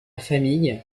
famille